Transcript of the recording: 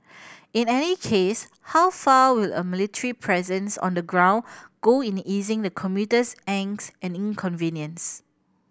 in any case how far will a military presence on the ground go in easing the commuter's angst and inconvenience